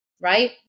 Right